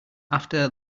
after